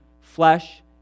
flesh